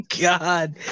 God